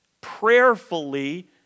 prayerfully